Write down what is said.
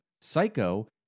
Psycho